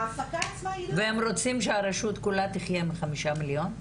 ההפקה עצמה היא לא --- והם רוצים שהרשות כולה תחיה מ-5 מיליון?